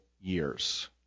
years